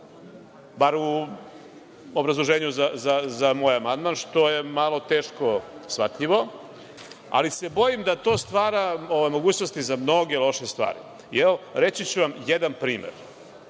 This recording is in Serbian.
bar u obrazloženju za moj amandman, što je malo teško shvatljivo, ali se bojim da to stvara mogućnosti za mnoge loše stvari. Reći ću vam jedan primer